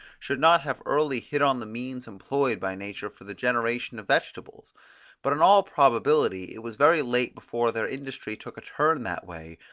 should not have early hit on the means employed by nature for the generation of vegetables but in all probability it was very late before their industry took a turn that way,